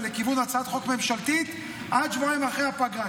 לכיוון הצעת חוק ממשלתית עד שבועיים אחרי הפגרה.